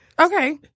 okay